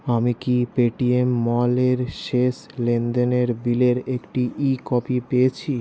আমি কি পেটিএম মলের শেষ লেনদেনের বিলের একটি ই কপি পেয়েছি